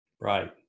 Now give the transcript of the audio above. Right